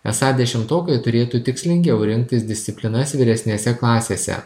esą dešimtokai turėtų tikslingiau rinktis disciplinas vyresnėse klasėse